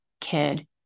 kid